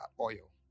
oil